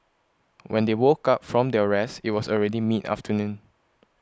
when they woke up from their rest it was already mid afternoon